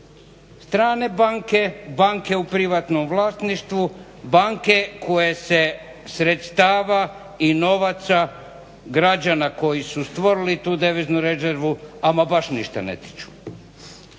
strane banke, banke u privatnom vlasništvu, banke koje se sredstava i novaca građana koji su stvorili tu deviznu rezrevu ama baš ništa ne tiču.